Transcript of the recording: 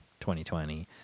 2020